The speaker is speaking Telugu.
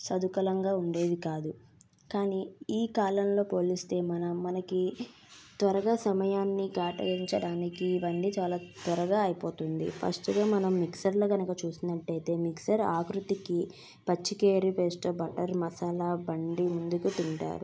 సదుపాయంగా ఉండేవి కాదు కానీ ఈ కాలంలో పోలిస్తే మనం మనకి త్వరగా సమయాన్ని కేటాయించడానికి ఇవన్నీ చాలా త్వరగా అయిపోతుంది ప్రస్తుతం మనం మిక్సర్లు గనక చూసినట్లయితే మిక్సర్ ఆకృతికి పచ్చి కేరి పేస్ట్ బట్టర్ మసాలా బండి ముందుకు తింటారు